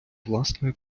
власної